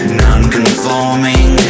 non-conforming